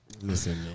listen